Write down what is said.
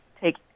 take